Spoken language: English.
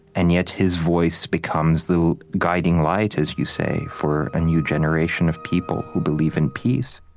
and yet, his voice becomes the guiding light, as you say, for a new generation of people who believe in peace